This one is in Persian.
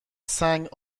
سنگ